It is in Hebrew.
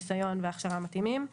ניסיון והכשרה מתאימים.